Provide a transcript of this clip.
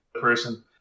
person